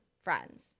friends